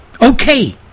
okay